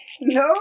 no